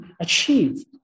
achieved